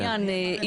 כן.